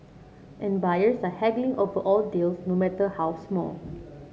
and buyers are haggling over all deals no matter how small